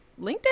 LinkedIn